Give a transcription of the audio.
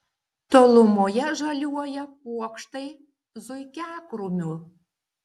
tolumoje žaliuoja kuokštai zuikiakrūmių